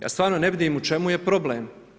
Ja stvarno ne vidim u čemu je problem.